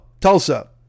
Tulsa